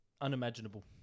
unimaginable